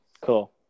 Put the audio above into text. Cool